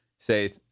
say